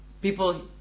People